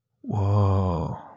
whoa